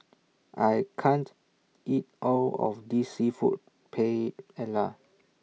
I can't eat All of This Seafood Paella